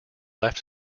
left